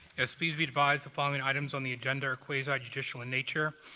yes. please be advised the following items on the agenda are quasi-judicial in nature.